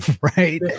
right